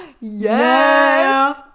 Yes